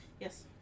Yes